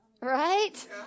right